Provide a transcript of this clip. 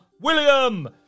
William